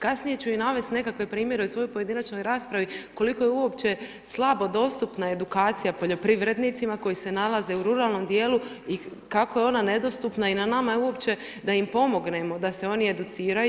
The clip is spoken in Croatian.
Kasnije ću i navesti nekakve primjere u svojoj pojedinačnoj raspravi koliko je uopće slabo dostupna edukacija poljoprivrednicima koji se nalaze u ruralnom dijelu i kako je ona nedostupna i na nama je uopće da im pomognemo da se oni educiraju.